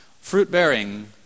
Fruit-bearing